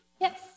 Yes